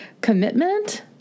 commitment